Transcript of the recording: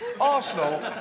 Arsenal